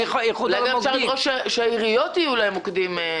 שלעיריות יהיו מוקדים.